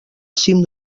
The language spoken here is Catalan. cim